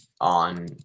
on